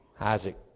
Isaac